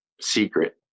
secret